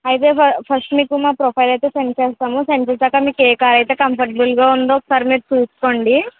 అయితే ఫ ఫస్ట్ మీకు మా ప్రొఫైల్ అయితే సెండ్ చేస్తాము సెండ్ చేసాక మీకు ఏ కార్ అయితే కంఫర్టబుల్గా ఉందో ఒకసారి మీరు చూసుకోండి